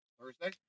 Thursday